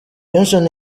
johnson